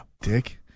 Dick